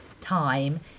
time